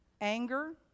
anger